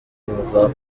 bava